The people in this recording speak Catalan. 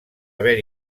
haver